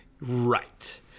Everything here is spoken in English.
Right